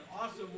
Awesome